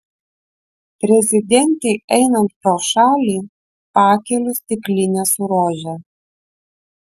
prezidentei einant pro šalį pakeliu stiklinę su rože